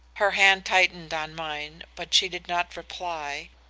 her hand tightened on mine, but she did not reply,